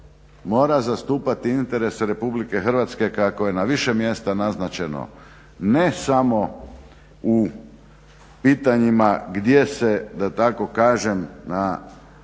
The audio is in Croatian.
mora zastupati interese RH, kako je na više mjesta naznačeno, ne samo u pitanjima gdje se da tako kažem na